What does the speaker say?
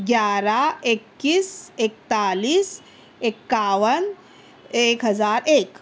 گیارہ اکیس ایکتالیس اکاون ایک ہزار ایک